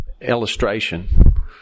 illustration